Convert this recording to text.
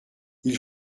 ils